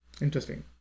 Interesting